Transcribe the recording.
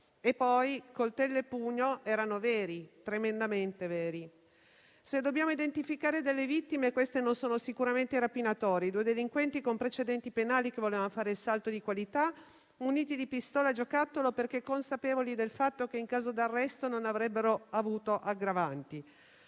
E poi, coltello e pugno erano veri, tremendamente veri. Se dobbiamo identificare delle vittime, queste non sono sicuramente i rapinatori: due delinquenti con precedenti penali che volevano fare il salto di qualità, muniti di pistola giocattolo perché consapevoli del fatto che, in caso di arresto, non avrebbero avuto aggravanti.